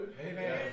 Amen